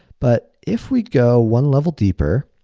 but if we go one level deeper